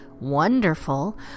wonderful